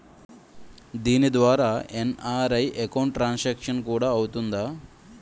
దీని ద్వారా NRI account transaction కూడా అవుతుందా?